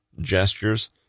gestures